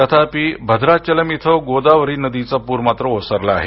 तथापि भद्राचलम इथं गोदावरी नदीचा पूर मात्र ओसरला आहे